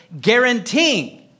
guaranteeing